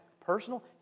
personal